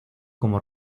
como